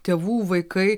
tėvų vaikai